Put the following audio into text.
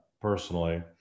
personally